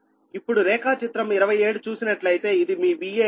ఇప్పుడు రేఖా చిత్రం 27 చూసినట్లయితే ఇది మీ Van